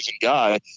guy